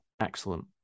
excellent